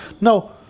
No